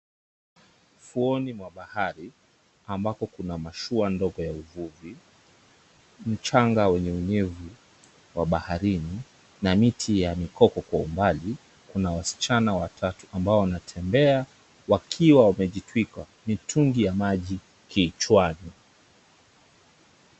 Ufuoni mwa bahari ambapo kuna mashua ndogo ya uvuvi, mchanga wenye unyevu wa baharini na miti ya mikoko kwa umbali, kuna wasichana watatu ambao wanatembea, wakiwa wamejitwika mitungi ya maji kichwani.